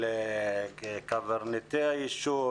של קברניטי הישוב,